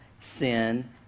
Sin